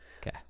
Okay